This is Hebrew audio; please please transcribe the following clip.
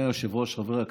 היושב-ראש, חברי הכנסת,